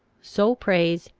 so prays,